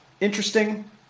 Interesting